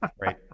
Right